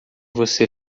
você